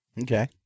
Okay